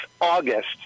August